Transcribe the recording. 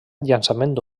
llançament